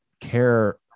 care